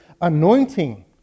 anointing